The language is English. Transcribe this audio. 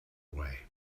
way